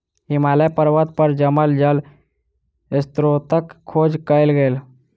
हिमालय पर्वत पर जमल जल स्त्रोतक खोज कयल गेल